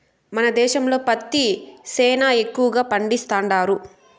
మన దేశంలో పత్తి సేనా ఎక్కువగా పండిస్తండారు